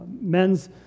men's